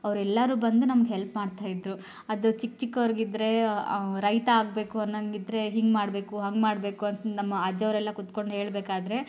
ಅವ್ರು ಎಲ್ಲರೂ ಬಂದು ನಮ್ಗೆ ಹೆಲ್ಪ್ ಮಾಡ್ತಾಯಿದ್ದರು ಅದು ಚಿಕ್ಕ ಚಿಕ್ಕೋರಿಗಿದ್ರೆ ರೈತ ಆಗಬೇಕು ಅನ್ನೋಂಗಿದ್ರೆ ಹಿಂಗೆ ಮಾಡಬೇಕು ಹಂಗೆ ಮಾಡಬೇಕು ಅಂತ ನಮ್ಮ ಅಜ್ಜ ಅವ್ರೆಲ್ಲ ಕೂತ್ಕೊಂಡು ಹೇಳಬೇಕಾದ್ರೆ